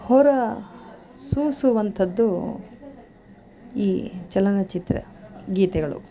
ಹೊರ ಸೂಸುವಂಥದ್ದು ಈ ಚಲನ ಚಿತ್ರ ಗೀತೆಗಳು